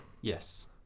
Yes